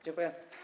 Dziękuję.